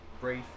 brief